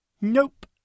Nope